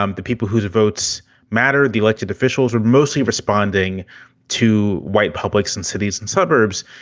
um the people whose votes mattered, the elected officials were mostly responding to white publics in cities and suburbs.